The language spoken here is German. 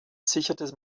sicherte